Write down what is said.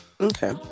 Okay